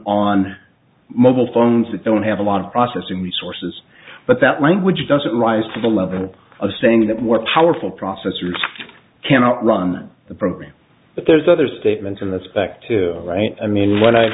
on mobile phones that don't have a lot of processing resources but that language doesn't rise to the level of saying that more powerful processors cannot run the program but there's other statements in the spec too right i mean when i